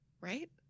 right